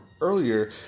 earlier